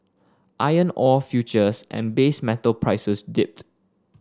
iron ore futures and base metal prices dipped